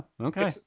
okay